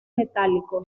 metálico